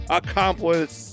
accomplice